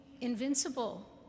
invincible